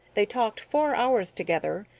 they talked four hours together,